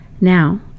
now